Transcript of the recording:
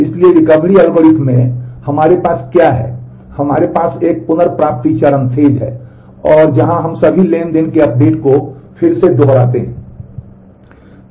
इसलिए recovery algorithm में हमारे पास क्या है हमारे पास एक पुनर्प्राप्ति चरण है और जहां हम सभी ट्रांज़ैक्शन के अपडेट को फिर से दोहराते हैं